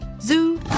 zoo